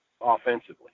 offensively